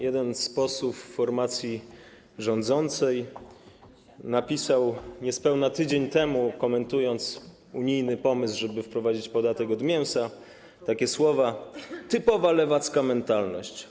Jeden z posłów formacji rządzącej napisał niespełna tydzień temu, komentując unijny pomysł, żeby wprowadzić podatek od mięsa, takie słowa: Typowa lewacka mentalność.